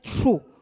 true